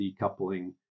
decoupling